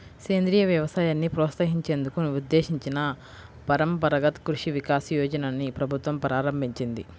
సేంద్రియ వ్యవసాయాన్ని ప్రోత్సహించేందుకు ఉద్దేశించిన పరంపరగత్ కృషి వికాస్ యోజనని ప్రభుత్వం ప్రారంభించింది